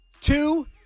two